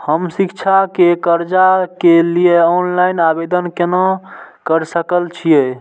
हम शिक्षा के कर्जा के लिय ऑनलाइन आवेदन केना कर सकल छियै?